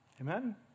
Amen